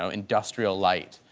so industrial light.